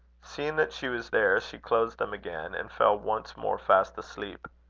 seeing that she was there, she closed them again, and fell once more fast asleep.